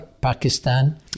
Pakistan